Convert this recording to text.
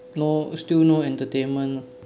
no still no entertainment